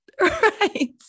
right